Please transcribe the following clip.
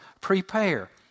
Prepare